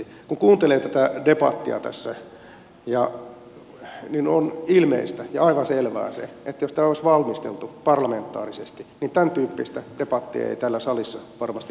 kun kuuntelee tätä debattia tässä niin on ilmeistä ja aivan selvää se että jos tämä olisi valmisteltu parlamentaarisesti niin tämäntyyppistä debattia ei täällä salissa varmastikaan käytäisi